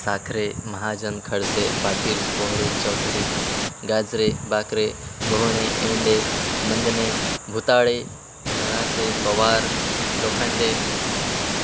Sakhare Mahajan Khadse Patil Kohale Chaudhari Gajre Bakre Ghohane Yende Mandane Bhutale Dhanase Pawar Lokhande